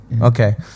Okay